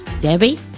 Debbie